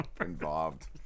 involved